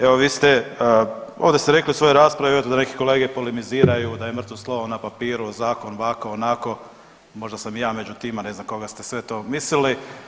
Evo vi ste ovdje ste rekli u svojoj raspravi … da neke kolege polemiziraju, da je mrtvo slovo na papiru, zakon ovako, onako možda sam ja među tima, ne znam na koga ste sve to mislili.